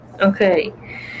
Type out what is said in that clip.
Okay